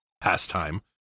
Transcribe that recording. pastime